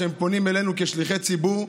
שפונים אלינו כשליחי ציבור,